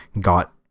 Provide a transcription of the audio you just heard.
got